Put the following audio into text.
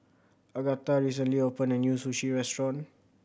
Agatha recently opened a new Sushi Restaurant